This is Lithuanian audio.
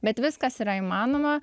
bet viskas yra įmanoma